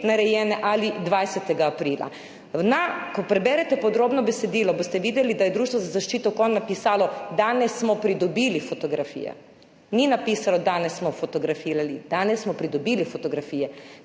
ali 20. aprila. Na, ko preberete podrobno besedilo, boste videli, da je Društvo za zaščito konj napisalo, danes smo pridobili fotografije, ni napisano, danes smo fotografirali, danes smo pridobili fotografije,